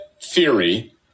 theory